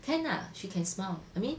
can ah she can smile I mean